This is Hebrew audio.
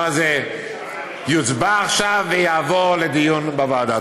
הזה יוצבע עכשיו ויעבור לדיון בוועדה.